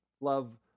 love